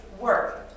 Work